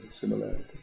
similarity